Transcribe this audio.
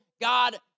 God